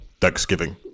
Thanksgiving